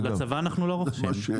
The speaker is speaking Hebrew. לצבא אנחנו לא רוכשים.